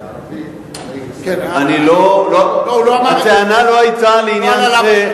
"עליו השלום" בערבית, הטענה לא היתה לעניין זה.